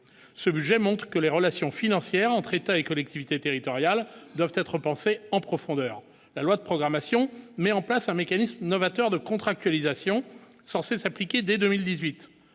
ce budget montre que les relations financières entre État et collectivités territoriales doivent être repensées en profondeur la loi de programmation met en place un mécanisme novateur de contractualisation censé s'appliquer dès 2018